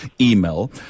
email